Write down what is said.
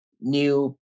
new